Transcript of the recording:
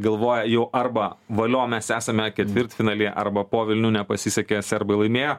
galvoja jau arba valio mes esame ketvirtfinalyje arba po velnių nepasisekė serbai laimėjo